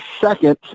second